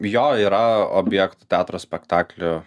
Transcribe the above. jo yra objektų teatro spektaklių